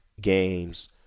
games